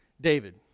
David